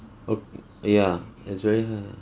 oh ya it's very